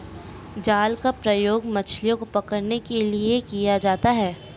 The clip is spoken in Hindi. जाल का प्रयोग मछलियो को पकड़ने के लिये किया जाता है